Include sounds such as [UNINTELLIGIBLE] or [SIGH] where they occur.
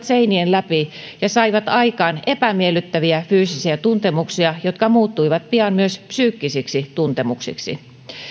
[UNINTELLIGIBLE] seinien läpi ja saivat aikaan epämiellyttäviä fyysisiä tuntemuksia jotka muuttuivat pian myös psyykkisiksi tuntemuksiksi